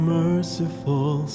merciful